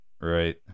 Right